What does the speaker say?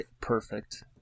Perfect